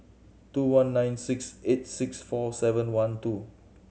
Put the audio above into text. two one nine six eight six four seven one two